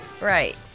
Right